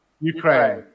Ukraine